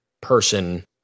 person